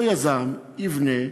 אותו יזם יבנה,